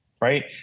right